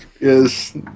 Yes